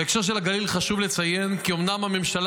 בהקשר של הגליל חשוב לציין כי אומנם הממשלה